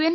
N